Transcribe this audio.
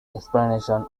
explanations